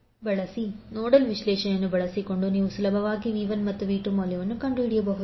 48°V nodal ವಿಶ್ಲೇಷಣೆಯನ್ನು ಬಳಸಿಕೊಂಡು ನೀವು ಸುಲಭವಾಗಿ V1ಮತ್ತು V2ಮೌಲ್ಯವನ್ನು ಕಂಡುಹಿಡಿಯಬಹುದು